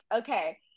Okay